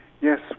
Yes